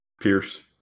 Pierce